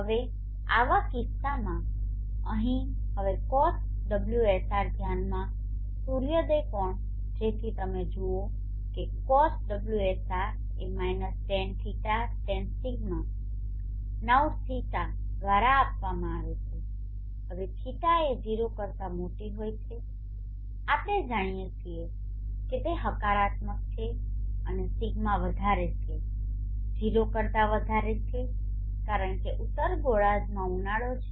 હવે આવા કિસ્સામાં અહીં હવે cos ωsr ધ્યાનમાં સૂર્યોદય કોણ જેથી તમે જુઓ કે cos ωsr એ tanϕ tanδ now ϕ દ્વારા આપવામાં આવે છે હવે ϕ એ 0 કરતાં મોટી હોય છે આપણે જાણીએ છીએ કે હકારાત્મક છે અને δ વધારે છે 0 કરતા વધારે છે કારણ કે ઉત્તર ગોળાર્ધમાં ઉનાળો છે